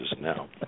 now